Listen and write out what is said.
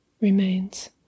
remains